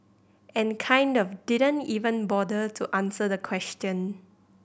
and kind of didn't even bother to answer the question